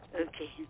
Okay